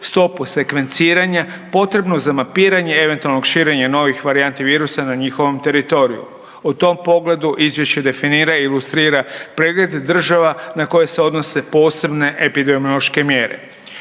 stopu sekvenciranja potrebnu za mapiranje eventualnog širenja novih varijanti virusa na njihovom teritoriju. U tom pogledu izvješće definira i ilustrira pregled država na koje se odnose posebne epidemiološke mjere.